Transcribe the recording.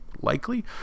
likely